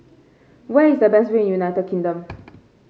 where is the best view in United Kingdom